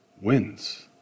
wins